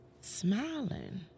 smiling